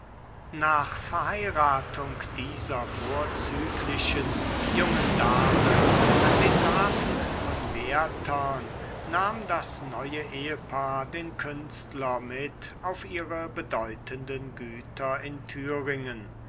nach verheiratung dieser vorzüglichen jungen dame an den grafen von werthern nahm das neue ehepaar den künstler mit auf ihre bedeutenden güter in thüringen